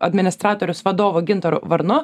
administratorius vadovu gintaru varnu